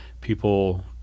people